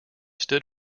stood